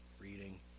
Reading